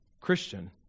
Christian